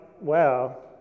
wow